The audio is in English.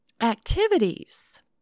Activities